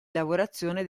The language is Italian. lavorazione